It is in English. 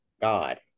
God